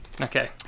Okay